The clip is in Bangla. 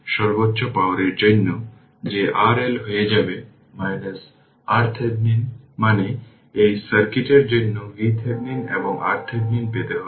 সুতরাং সমস্ত ধরণের সমস্যার সমাধান করা হয়েছে এমনকি বলার সময়ও অনেক কিছু মাঝে মাঝে জানাও হয়েছে